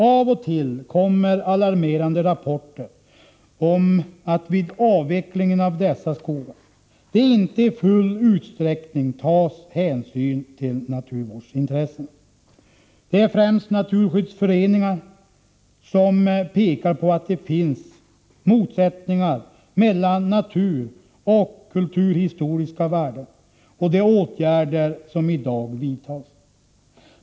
Av och till kommer alarmerande rapporter om att det vid avvecklingen av dessa skogar inte i full utsträckning tas hänsyn till naturvårdsintressena. Det är främst naturskyddsföreningarna som pekar på att det finns motsättningar mellan naturoch kulturhistoriska värden och de åtgärder som i dag vidtas.